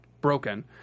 broken